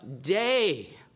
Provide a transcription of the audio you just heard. day